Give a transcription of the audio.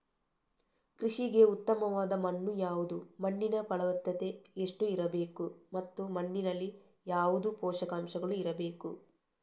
ಕೃಷಿಗೆ ಉತ್ತಮವಾದ ಮಣ್ಣು ಯಾವುದು, ಮಣ್ಣಿನ ಫಲವತ್ತತೆ ಎಷ್ಟು ಇರಬೇಕು ಮತ್ತು ಮಣ್ಣಿನಲ್ಲಿ ಯಾವುದು ಪೋಷಕಾಂಶಗಳು ಇರಬೇಕು?